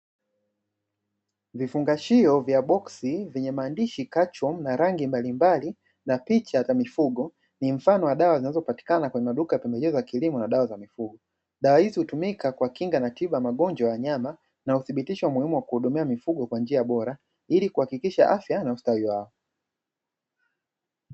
Vifungashio vya boksi vyenye maandishi "kachomu" na rangi mbalimbali na picha za mifugo ni mfano wa dawa zinazopatikana katika maduka ya pembejeo kilimo na dawa za mifugo. Dawa hizi hutumika kuwakinga na tiba magonjwa ya nyama na udhibitisho muhimu wa kuhudumia wanyama kwa njia bora ili kuhakikisha afya na ustawi wao.